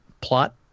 plot